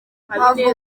havumbuwe